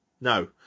No